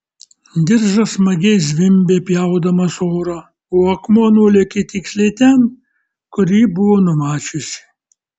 diržas smagiai zvimbė pjaudamas orą o akmuo nulėkė tiksliai ten kur ji buvo numačiusi